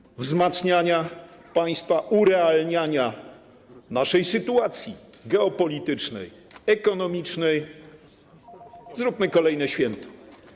Zamiast wzmacniania państwa, urealniania naszej sytuacji geopolitycznej, ekonomicznej, zróbmy kolejne święto.